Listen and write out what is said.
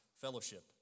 fellowship